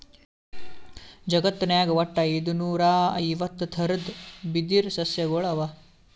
ಜಗತ್ನಾಗ್ ವಟ್ಟ್ ಐದುನೂರಾ ಐವತ್ತ್ ಥರದ್ ಬಿದಿರ್ ಸಸ್ಯಗೊಳ್ ಅವಾ